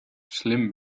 schlimm